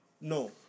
no